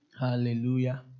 Hallelujah